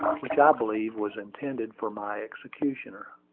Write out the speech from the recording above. which i believed was intended for my executioner.